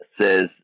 says